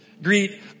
Greet